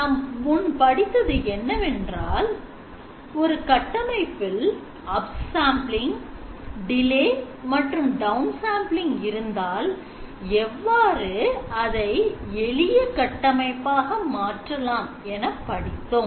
நாம் முன் படித்தது என்னவென்றால் ஒரு கட்டமைப்பில் upsampling delay மற்றும் downsampling இருந்தால் எவ்வாறு அதை எளிய கட்டமைப்பாக மாற்றலாம் என படித்தோம்